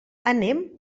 anem